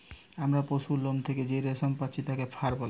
আমরা পশুর লোম থেকে যেই রেশম পাচ্ছি তাকে ফার বলে